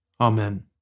Amen